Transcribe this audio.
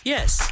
Yes